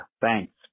Thanks